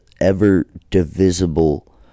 ever-divisible